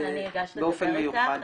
סיון, אני אגש לדבר איתך.